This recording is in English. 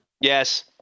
yes